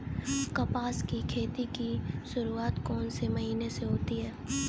कपास की खेती की शुरुआत कौन से महीने से होती है?